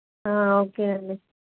okay అండి